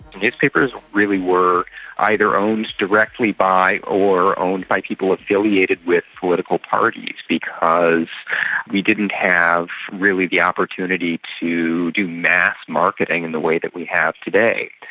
newspapers really were either owned directly by or owned by people affiliated with political parties because we didn't have really the opportunity to do mass marketing in the way that we have today.